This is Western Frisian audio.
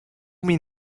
myn